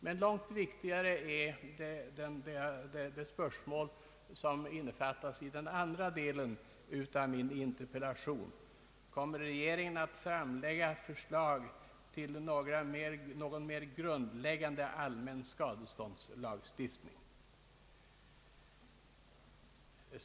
Men långt viktigare är det spörsmål som innefattas i den andra delen av min interpellation: Kommer regeringen att framlägga förslag till någon mer grundläggande allmän skadeståndslagstiftning?